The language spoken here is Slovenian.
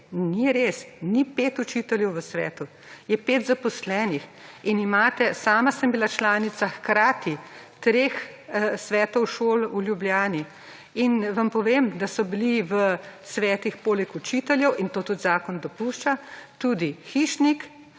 ni pet učiteljev v svetu, je pet zaposlenih. Sama sem bila članica hkrati treh svetov šol v Ljubljani in vam povem, da so bili v svetih poleg učiteljev – in to tudi zakon dopušča – tudi hišnik,